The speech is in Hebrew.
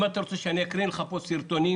אם אתה רוצה שאני אקרין לך פה סרטונים